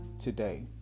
today